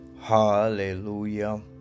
Hallelujah